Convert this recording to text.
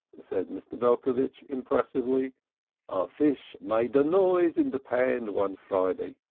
said mr. belcovitch impressively, a fish made a noise in the pan one friday.